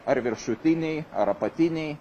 ar viršutiniai ar apatiniai